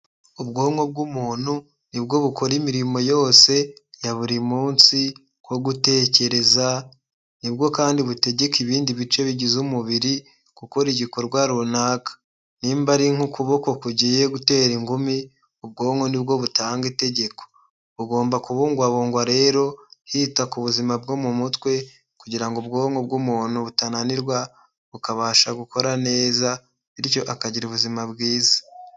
Ubwonko bw'umuntu nibwo bukora imirimo yose ya buri munsi nko gutekereza, ni bwo kandi butegeka ibindi bice bigize umubiri gukora igikorwa runaka nimba ari nk'ukuboko kugiye gutera ingumi ubwonko nibwo butanga itegeko. Ugomba by'umuntu bugomba kubugwabungwa rero hita ku buzima bwo mu mutwe, kugira ngo ubwonko bw'umuntu butananirwa bukabasha gukora neza bityo akagira ubuzima bwiza.